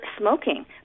smoking